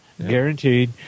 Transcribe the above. Guaranteed